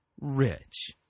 rich